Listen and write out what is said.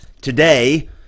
today